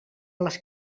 les